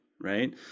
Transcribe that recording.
right